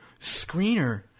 screener